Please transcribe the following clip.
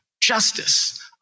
justice